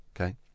okay